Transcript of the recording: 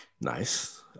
Nice